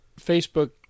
Facebook